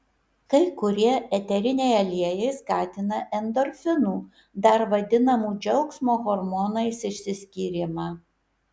kai kurie eteriniai aliejai skatina endorfinų dar vadinamų džiaugsmo hormonais išsiskyrimą